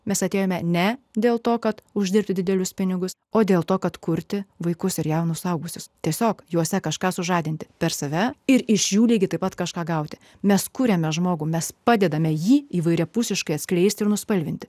mes atėjome ne dėl to kad uždirbti didelius pinigus o dėl to kad kurti vaikus ir jaunus suaugusius tiesiog juose kažką sužadinti per save ir iš jų lygiai taip pat kažką gauti mes kuriame žmogų mes padedame jį įvairiapusiškai atskleisti ir nuspalvinti